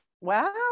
wow